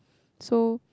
so